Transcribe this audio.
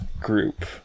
group